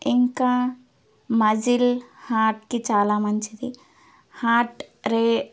ఇంకా మజిల్ హార్ట్కి చాలా మంచిది హార్ట్ రే